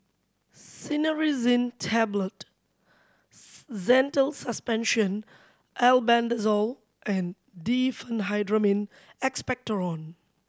Cinnarizine Tablet Zental Suspension Albendazole and Diphenhydramine Expectorant